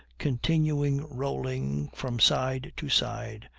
continuing rolling from side to side,